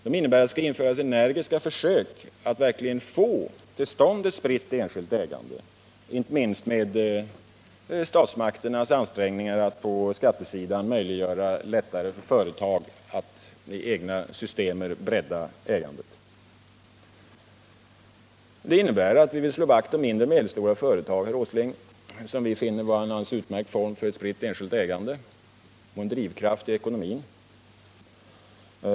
De innebär att det skall göras energiska försök att verkligen få till stånd ett spritt enskilt ägande — inte minst med statsmakternas ansträngningar när det gäller att på skattesidan möjliggöra lättnader för företag att med egna system bredda ägandet. Det innebär att vi vill slå vakt om mindre och medelstora företag, herr Åsling, som vi finner vara en alldeles utmärkt form för ett spritt enskilt ägande och en drivkraft i ekonomin.